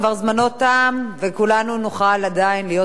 כבר זמנו תם וכולנו נוכל עדיין להיות